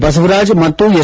ಬಸವರಾಜ ಮತ್ತು ಎಸ್